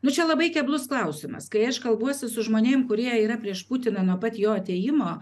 nuo čia labai keblus klausimas kai aš kalbuosi su žmonėm kurie yra prieš putiną nuo pat jo atėjimo